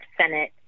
Senate